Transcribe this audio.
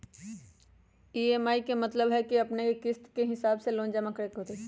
EMI के मतलब है कि अपने के किस्त के हिसाब से लोन जमा करे के होतेई?